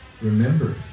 remember